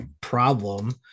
problem